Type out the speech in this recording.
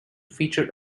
feature